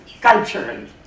culturally